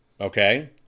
Okay